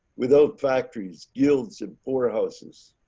without factories, guilds, and poor houses.